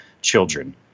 children